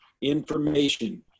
information